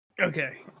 Okay